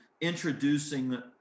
introducing